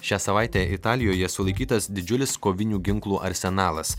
šią savaitę italijoje sulaikytas didžiulis kovinių ginklų arsenalas